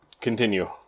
continue